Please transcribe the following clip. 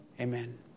Amen